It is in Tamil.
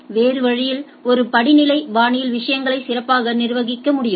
வேறு வழியில் ஒரு படிநிலை பாணியில் விஷயங்களை சிறப்பாக நிர்வகிக்க முடியும்